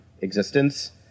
existence